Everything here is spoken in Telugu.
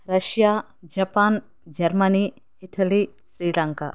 Russia Japan Germany Italy Sri Lanka